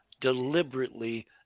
deliberately